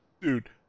Dude